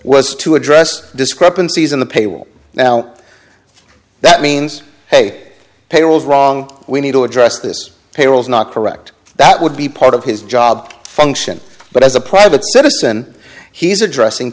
was to address discrepancies in the payroll now that means hey payrolls wrong we need to address this payroll is not correct that would be part of his job function but as a private citizen he's addressing